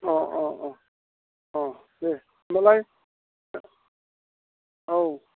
अ अ अ दे होमब्लालाय औ